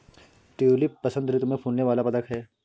tulip बसंत ऋतु में फूलने वाला पदक है